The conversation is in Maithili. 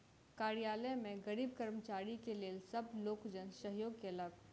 कार्यालय में गरीब कर्मचारी के लेल सब लोकजन सहयोग केलक